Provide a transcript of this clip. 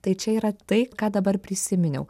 tai čia yra tai ką dabar prisiminiau